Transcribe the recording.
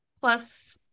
plus